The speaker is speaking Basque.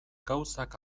gauzak